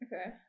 Okay